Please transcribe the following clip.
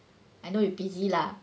I know you busy lah